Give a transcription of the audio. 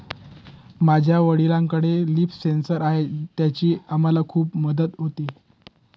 माझ्या वडिलांकडे leaf sensor आहे त्याची आम्हाला खूप मदत होते